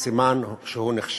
סימן שהוא נכשל.